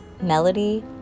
Melody